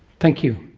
thank you.